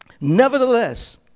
Nevertheless